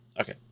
Okay